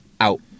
out